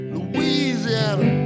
Louisiana